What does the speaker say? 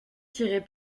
tirait